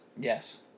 Yes